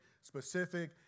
specific